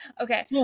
Okay